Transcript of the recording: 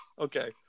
Okay